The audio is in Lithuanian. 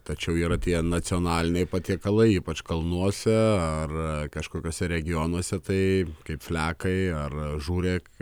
tačiau yra tie nacionaliniai patiekalai ypač kalnuose ar kažkokiuose regionuose tai kaip flekai ar ar žūrek